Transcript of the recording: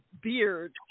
beard